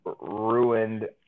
ruined